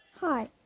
Hi